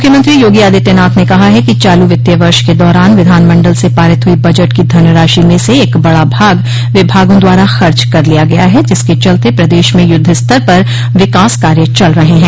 मुख्यमंत्री योगी आदित्यनाथ ने कहा है कि चालू वित्तीय वर्ष के दौरान विधानमंडल से पारित हुई बजट की धनराशि में से एक बड़ा भाग विभागों द्वारा खर्च कर लिया गया है जिसके चलते प्रदेश में युद्धस्तर पर विकास कार्य चल रहे हैं